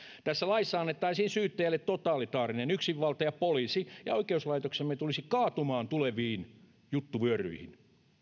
tässä laissa annettaisiin syyttäjälle totalitaarinen yksinvalta ja poliisi ja oikeuslaitoksemme tulisivat kaatumaan tuleviin juttuvyöryihin